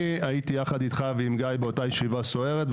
אני הייתי יחד איתך ועם גיא באותה ישיבה סוערת,